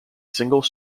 single